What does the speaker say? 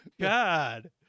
God